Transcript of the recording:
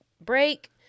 break